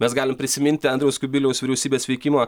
mes galim prisiminti andriaus kubiliaus vyriausybės veikimą